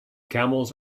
camels